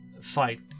fight